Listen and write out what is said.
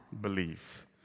belief